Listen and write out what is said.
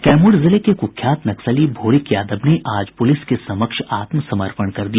कैमूर जिले के कुख्यात नक्सली भोरिक यादव ने आज प्रलिस के समक्ष आत्मसमर्पण कर दिया